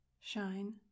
shine